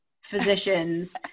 physicians